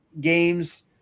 games